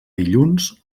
dilluns